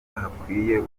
hakwiye